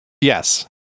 Yes